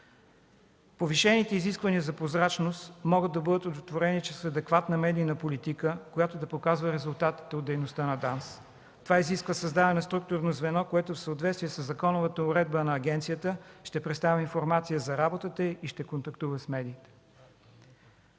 Повишените изисквания за прозрачност могат да бъдат удовлетворени чрез адекватна медийна политика, която да показва резултатите от дейността на ДАНС. Това изисква създаване на структурно звено, което в съответствие със законовата уредба на агенцията ще представя информация за работата и ще контактува с медиите.